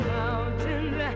mountains